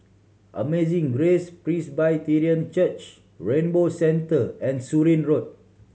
Amazing Grace Presbyterian Church Rainbow Centre and Surin Road